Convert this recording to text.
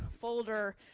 folder